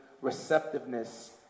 receptiveness